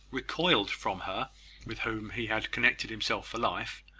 recoiled from her with whom he had connected himself for life,